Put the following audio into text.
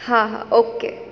હા હા ઓકે